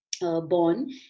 Born